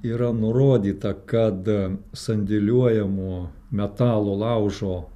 yra nurodyta kad sandėliuojamų metalo laužo